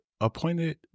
appointed